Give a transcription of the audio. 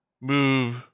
move